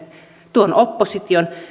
tuon opposition